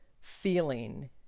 feeling